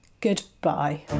Goodbye